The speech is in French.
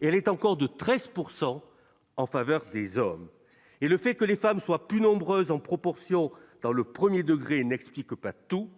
et elle est encore de 13 pourcent en faveur des hommes et le fait que les femmes soient plus nombreuses en proportion dans le 1er degré n'explique pas tout,